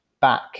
back